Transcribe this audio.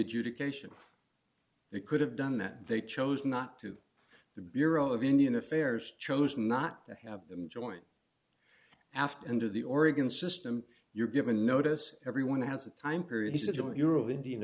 adjudication they could have done that they chose not to the bureau of indian affairs chose not to have them join after under the oregon system you're given notice everyone has a time period he said you and your of indian